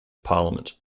parliament